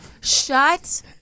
Shut